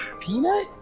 peanut